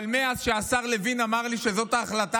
אבל מאז שהשר לוין אמר לי שזו ההחלטה